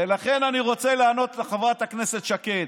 ולכן אני רוצה לענות לחברת הכנסת שקד.